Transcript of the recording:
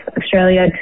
Australia